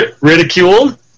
Ridiculed